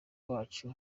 wacu